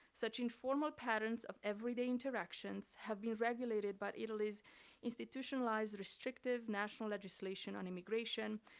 such informal patterns of everyday interactions have been regulated by italy's institutionalized, restrictive, national legislation on immigration,